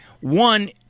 One